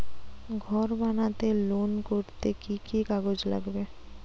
ঘর বানাতে লোন করতে কি কি কাগজ লাগবে?